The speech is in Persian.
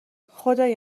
خدای